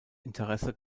interesse